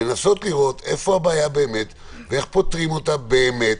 ולנסות לראות איפה הבעיה באמת ואיך פותרים אותה באמת.